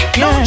no